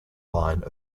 line